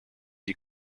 die